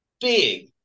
big